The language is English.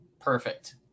Perfect